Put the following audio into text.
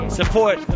support